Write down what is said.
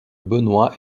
benoit